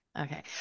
Okay